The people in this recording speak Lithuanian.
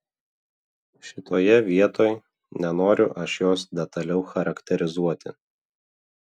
šitoje vietoj nenoriu aš jos detaliau charakterizuoti